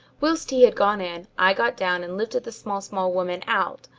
whilst he had gone in i got down and lifted the small-small woman out,